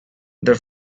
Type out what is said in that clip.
their